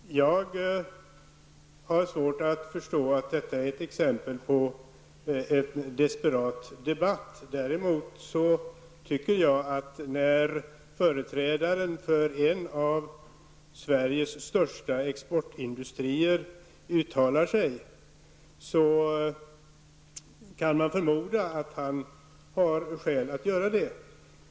Herr talman! Jag har svårt att förstå att detta är ett exempel på en desperat debatt. Däremot tycker jag att när företrädaren för en av Sveriges största exportindustrier uttalar sig, så kan man förmoda att han har skäl att göra det.